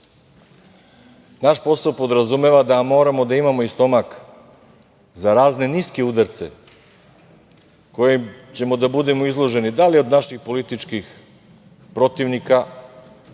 Naš posao podrazumeva da moramo da imamo i stomak za razne niske udarce kojima ćemo biti izloženi, da li od naših političkih protivnika